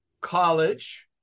College